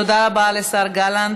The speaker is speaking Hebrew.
תודה רבה לשר גלנט.